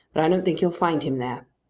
but i don't think you'll find him there.